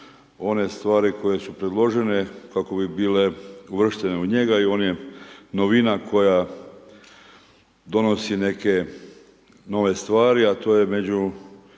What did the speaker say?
one stvari koje su predložene kako bi bile uvrštene u njega i on je novina koja donosi neke nove stvari, a to je među,